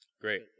great